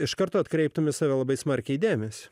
iš karto atkreiptumei į save labai smarkiai dėmesį